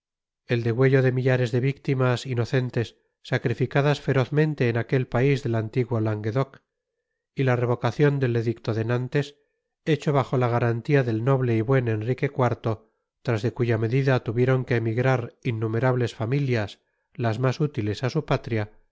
et degüetto de mittares de víctimas inocentes sacrificadas ferozmente en aquet país det antiguo languedoc y ta revocacion det edicto de nantes hecho bajo ta garantía det nobta y buen rey enriqi iv tras de cuya medida tuvieron que emigrar innumerabtes famitias tas mas útites íi su patria